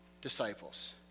disciples